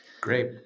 Great